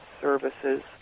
services